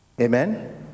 Amen